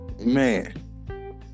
Man